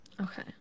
Okay